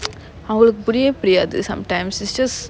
அவளுக்கு புரியவே புரியாது:avalukku puriyavae puriyaathu sometimes it's just